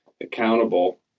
accountable